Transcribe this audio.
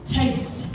taste